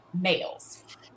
males